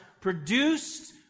produced